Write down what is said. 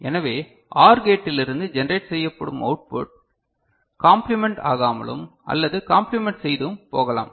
எனவே OR கேட்டிலிலிருந்து generate செய்யப்படும் அவுட்புட் காம்பிலிமென்ட் ஆகாமலும் அல்லது காம்பிலிமென்ட் செய்தும் போகலாம்